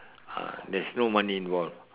ah there's no money involved